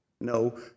No